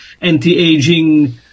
anti-aging